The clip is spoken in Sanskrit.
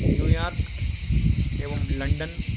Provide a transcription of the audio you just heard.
न्यूयार्क एवं लण्डन्